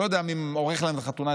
לא יודע מי עורך להם חתונה,